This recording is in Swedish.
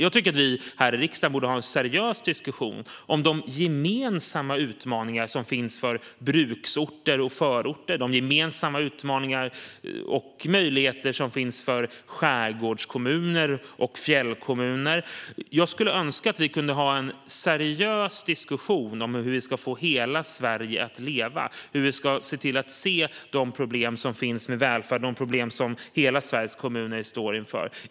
Jag tycker att vi här i riksdagen borde ha en seriös diskussion om de gemensamma utmaningar som finns i bruksorter och förorter liksom om de gemensamma utmaningar och möjligheter som finns i skärgårdskommuner och fjällkommuner. Jag skulle önska att vi kunde ha en seriös diskussion om hur vi ska få hela Sverige att leva och hur vi kan se de problem som finns med välfärden och de problem som hela Sveriges kommuner står inför.